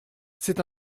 c’est